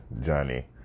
Johnny